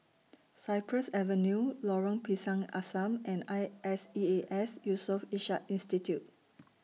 Cypress Avenue Lorong Pisang Asam and I S E A S Yusof Ishak Institute